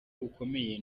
bukomeye